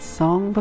song